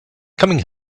coming